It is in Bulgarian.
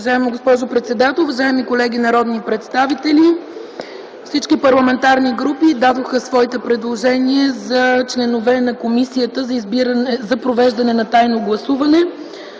Уважаема госпожо председател, уважаеми колеги народни представители! Всички парламентарни групи дадоха своите предложения за членове на Комисията за провеждане на тайното гласуване.